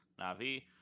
Navi